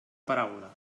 paraula